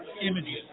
images